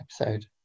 episode